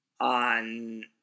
on